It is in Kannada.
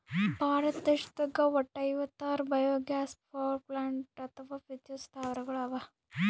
ಭಾರತ ದೇಶದಾಗ್ ವಟ್ಟ್ ಐವತ್ತಾರ್ ಬಯೊಗ್ಯಾಸ್ ಪವರ್ಪ್ಲಾಂಟ್ ಅಥವಾ ವಿದ್ಯುತ್ ಸ್ಥಾವರಗಳ್ ಅವಾ